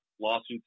lawsuits